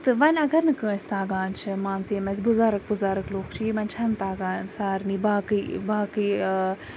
تہٕ وۄنۍ اگر نہٕ کٲنٛسہِ تَگان چھِ مان ژٕ یِم اَسہِ بُزرگ وُزرگ لُکھ چھِ یِمَن چھَنہٕ تَگان سارنٕے باقٕے باقٕے